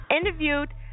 Interviewed